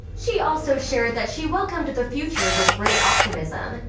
she also shared that she welcomed the future with great optimism.